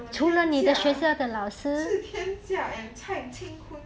额天价是天价 and 蔡琴魂